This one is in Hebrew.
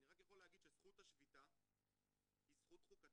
אני רק יכול להגיד שזכות השביתה היא זכות חוקתית,